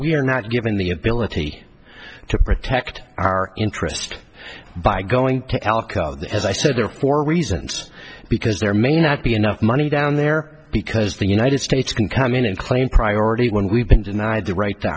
we are not given the ability to protect our interest by going to alcohol as i said or for reasons because there may not be enough money down there because the united states can come in and claim priority when we've been denied the right to